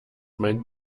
mein